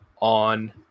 on